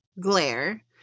glare